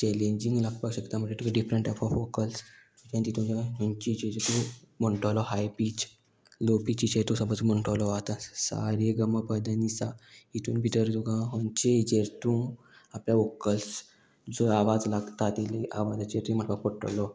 challenging लागपाक शकता म्हणल्यार तुका डिफरंट टायप ऑफ वोकल्स तितून खंयच्या हेजेर तूं म्हणटलो हाय पीच लो पिचीचेर तूं समज म्हणटलो आतां सा रे ग म प द नी सा हितून भितर तुका खंयचें हेजेर तूं आपल्या वोकल्स जो आवाज लागता तितली आवाजाचेरूय तूं म्हाका पडटलो